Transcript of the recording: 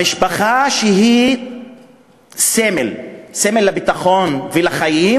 המשפחה, שהיא סמל, סמל לביטחון ולחיים,